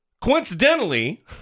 Coincidentally